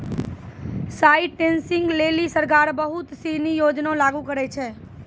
site testing लेलि सरकार बहुत सिनी योजना लागू करलें छै